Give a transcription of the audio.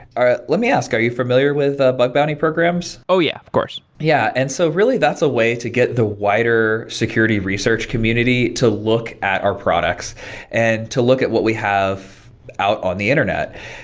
let me ask are you familiar with ah bug bounty programs? oh, yeah. of course yeah. and so really, that's a way to get the wider security research community to look at our products and to look at what we have out on the internet.